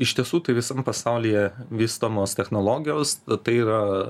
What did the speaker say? iš tiesų tai visam pasaulyje vystomos technologijos tai yra